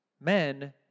men